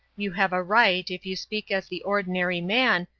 you have a right, if you speak as the ordinary man,